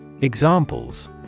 Examples